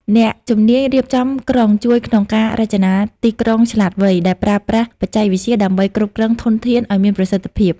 អ្នកជំនាញរៀបចំក្រុងជួយក្នុងការរចនា "ទីក្រុងឆ្លាតវៃ"ដែលប្រើប្រាស់បច្ចេកវិទ្យាដើម្បីគ្រប់គ្រងធនធានឱ្យមានប្រសិទ្ធភាព។